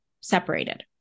separated